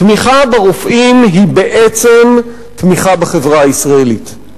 תמיכה ברופאים היא בעצם תמיכה בחברה הישראלית.